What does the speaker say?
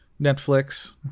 Netflix